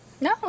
no